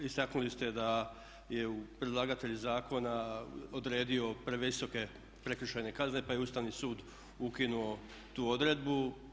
Istaknuli ste da je predlagatelj zakona odredio previsoke prekršajne kazne, pa je Ustavni sud ukinuo tu odredbu.